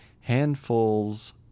Handfuls